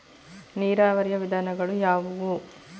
ನೀರಾವರಿಯ ವಿಧಾನಗಳು ಯಾವುವು?